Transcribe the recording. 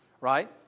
right